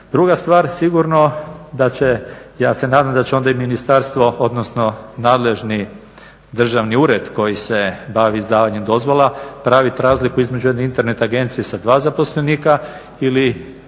Druga stvar, sigurno da će, ja se nadam da će onda i ministarstvo odnosno nadležni državni ured koji se bavi izdavanjem dozvola praviti razliku između jedne internet agencije sa dva zaposlenika ili